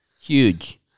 Huge